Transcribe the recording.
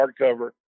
hardcover